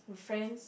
with friends